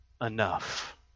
enough